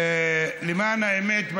למען האמת,